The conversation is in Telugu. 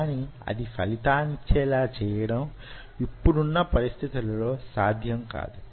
కాని అది ఫలితాన్నిచ్చే లా చేయడం యిప్పుడున్న పరిస్థితులలో సాధ్యం కాదు